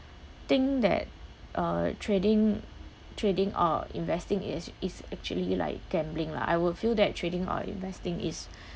think that uh trading trading or investing is is actually like gambling lah I will feel that trading or investing is